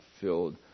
filled